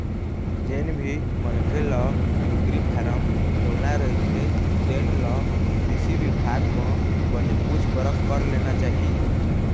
जेन भी मनखे ल कुकरी फारम खोलना रहिथे तेन ल कृषि बिभाग म बने पूछ परख कर लेना चाही